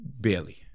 Barely